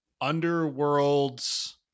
Underworld's